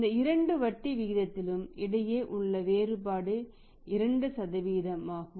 இந்த இரண்டு வட்டி விகிதத்திற்கும் இடையே உள்ள வேறுபாடு 2 ஆகும்